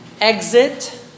exit